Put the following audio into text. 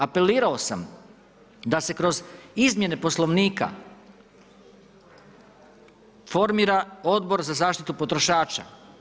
Apelirao sam da se kroz izmjene Poslovnika formira odbor za zaštitu potrošača.